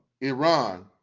iran